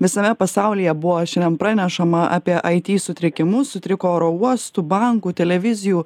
visame pasaulyje buvo šiandien pranešama apie it sutrikimus sutriko oro uostų bankų televizijų